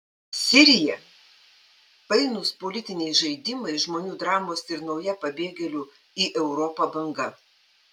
sirija painūs politiniai žaidimai žmonių dramos ir nauja pabėgėlių į europą banga